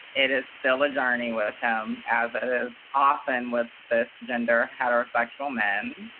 it is still a journey with him, as it is often with ah cisgender, heterosexual men,